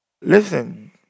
Listen